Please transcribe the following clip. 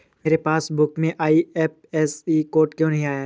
मेरे पासबुक में IFSC code क्यो नहीं है?